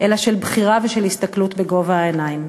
אלא של בחירה והסתכלות בגובה העיניים.